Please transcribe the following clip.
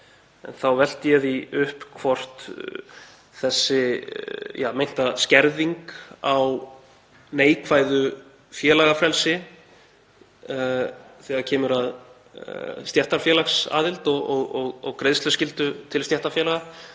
Þá velti ég því upp hvort þessi meinta skerðing á neikvæðu félagafrelsi, þegar kemur að stéttarfélagsaðild og greiðsluskyldu til stéttarfélaga,